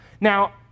Now